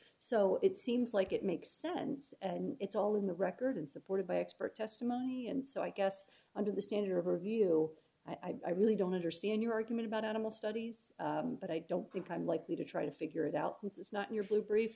so it seems like it makes sense and it's all in the record and supported by expert testimony and so i guess under the standard overview i really don't understand your argument about animal studies but i don't think i'm likely to try to figure it out since it's not your blue brief